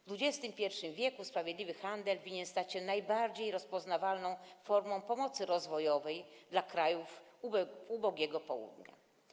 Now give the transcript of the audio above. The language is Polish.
W XXI w. sprawiedliwy handel winien stać się najbardziej rozpoznawalną formą pomocy rozwojowej dla krajów ubogiego południa.